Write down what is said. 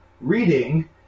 reading